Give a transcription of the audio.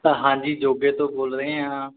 ਹਾਂਜੀ ਜੋਗੇ ਤੋਂ ਬੋਲ ਰਹੇ ਹਾਂ